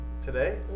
Today